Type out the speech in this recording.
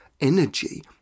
energy